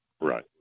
Right